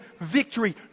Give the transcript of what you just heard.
victory